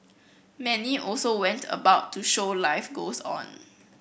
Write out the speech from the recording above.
many also went about to show life goes on